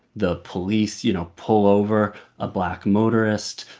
the police, you know, pull over a black motorist.